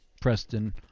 Preston